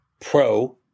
pro